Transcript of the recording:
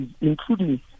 including